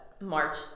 March